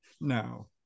No